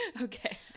Okay